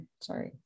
Sorry